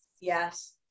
Yes